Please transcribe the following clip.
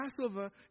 Passover